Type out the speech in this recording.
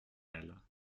halles